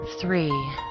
Three